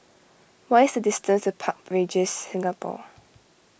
what is the distance to Park Regis Singapore